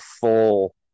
full –